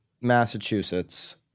Massachusetts